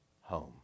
home